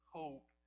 hope